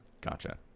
Gotcha